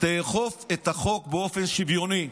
אכוף את החוק באופן שוויוני,